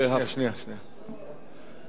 שנייה, שנייה, שנייה.